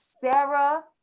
Sarah